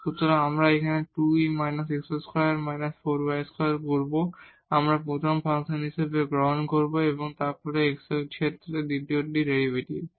সুতরাং আমরা এখানে 2 e − x2−4 y2 করব আমরা প্রথম ফাংশন হিসাবে গ্রহণ করব এবং তারপর x এর ক্ষেত্রে দ্বিতীয়টির ডেরিভেটিভ